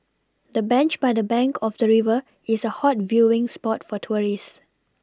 the bench by the bank of the river is a hot viewing spot for tourists